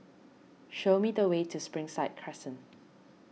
show me the way to Springside Crescent